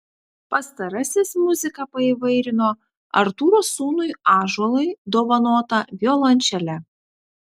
pastarasis muziką paįvairino artūro sūnui ąžuolui dovanota violončele